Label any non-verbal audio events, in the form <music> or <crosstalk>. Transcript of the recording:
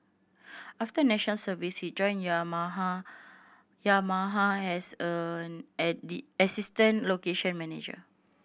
after National Service he joined Yamaha Yamaha as a <unintelligible> assistant location manager